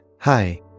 Hi